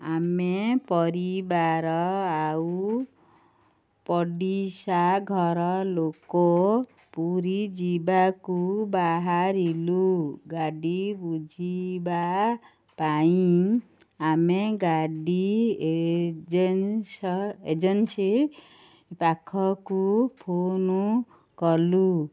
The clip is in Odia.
ଆମେ ପରିବାର ଆଉ ପଡ଼ିଶା ଘର ଲୋକ ପୁରୀ ଯିବାକୁ ବାହାରିଲୁ ଗାଡ଼ି ବୁଝିବା ପାଇଁ ଆମେ ଗାଡ଼ି ଏଜେନ୍ସ ଏଜେନ୍ସି ପାଖକୁ ଫୋନ କଲୁ